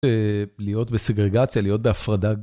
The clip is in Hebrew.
להיות בסגרגציה, להיות בהפרדה.